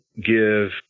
give